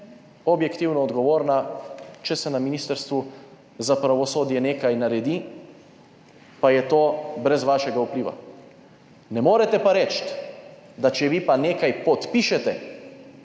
objektivno odgovorna, če se na Ministrstvu za pravosodje nekaj naredi, pa je to brez vašega vpliva. Ne morete pa reči, da če vi pa nekaj podpišete,